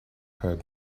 heard